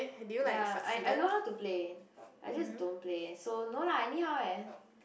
ya I I know how to Play I just don't play so no lah anyhow leh